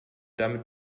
damit